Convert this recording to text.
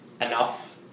enough